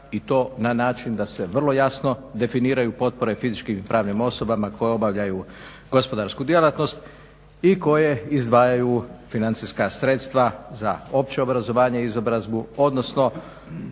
I to na način da se vrlo jasno definiraju potpore fizičkim i pravnim osobama koje obavljaju gospodarsku djelatnost i koje izdvajaju financijska sredstva za opće obrazovanje i izobrazbu odnosno